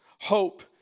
hope